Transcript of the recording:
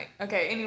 okay